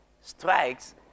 strikes